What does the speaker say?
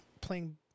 playing